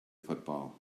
football